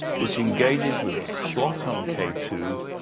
which engages with a slot on k two,